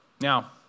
Now